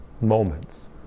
moments